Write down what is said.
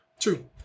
True